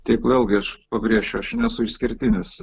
tik vėlgi aš pabrėšiu aš nesu išskirtinis